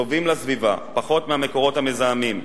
טובים לסביבה יותר מהמקורות המזהמים.